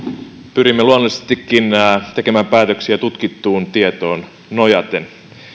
pyrimme luonnollisestikin tekemään päätöksiä tutkittuun tietoon nojaten